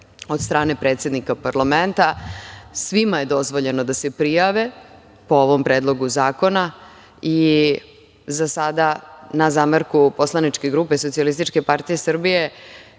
od strane predsednika parlamenta. Svima je dozvoljeno da se prijave po ovom predlogu zakona i za sada na zamerku poslaničke grupe SPS mi smo dali mnogo